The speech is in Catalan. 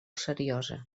seriosa